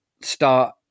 start